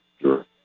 Sure